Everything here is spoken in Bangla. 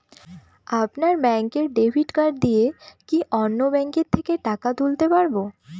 আপনার ব্যাংকের ডেবিট কার্ড দিয়ে কি অন্য ব্যাংকের থেকে টাকা তুলতে পারবো?